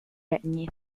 regni